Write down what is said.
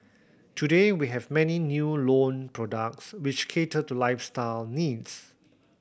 today we have many new loan products which cater to lifestyle needs